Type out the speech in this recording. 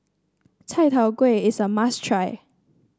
Chai Tow Kuay is a must try